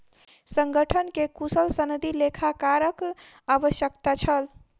संगठन के कुशल सनदी लेखाकारक आवश्यकता छल